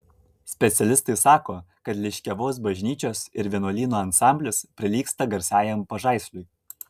specialistai sako kad liškiavos bažnyčios ir vienuolyno ansamblis prilygsta garsiajam pažaisliui